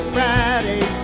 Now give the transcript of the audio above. Friday